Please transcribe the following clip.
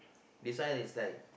this one is like